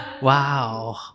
Wow